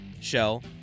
Shell